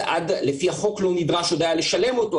לפי החוק לא נדרש עוד היה לשלם אותו,